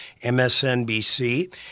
MSNBC